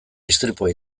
istripua